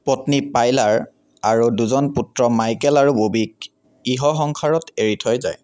পত্নী পাইলাৰ আৰু দুজন পুত্ৰ মাইকেল আৰু ববিক ইহ সংসাৰত এৰি থৈ যায়